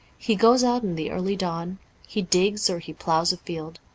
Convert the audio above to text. he goes out in the early dawn he digs or he ploughs a field.